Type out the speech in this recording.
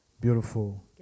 beautiful